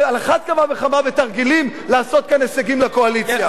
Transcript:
ועל אחת כמה וכמה בתרגילים לעשות כאן הישגים לקואליציה.